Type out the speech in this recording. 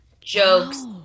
jokes